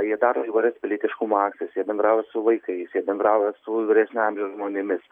ir dar į įvairias pilietiškumo akcijas jie bendrauja su vaikais jie bendrauja su vyresnio amžiaus žmonėmis